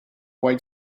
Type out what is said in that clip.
way